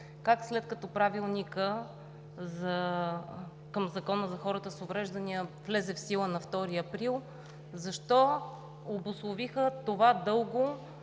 защо, след като Правилникът към Закона за хората с увреждания влезе в сила на 2 април, обусловиха това дълго